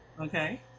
Okay